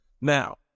Now